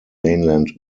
mainland